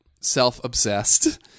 self-obsessed